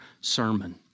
sermon